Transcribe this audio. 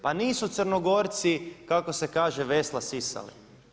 Pa nisu Crnogorci kako se kaže vesla sisali.